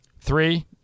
Three-